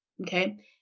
Okay